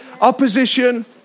opposition